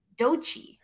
Dochi